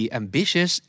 ambitious